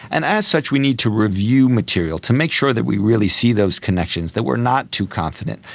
and as such we need to review material, to make sure that we really see those connections, that we are not too confident,